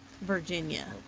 Virginia